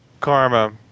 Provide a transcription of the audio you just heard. karma